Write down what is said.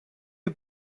you